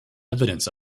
evidence